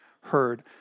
heard